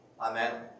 Amen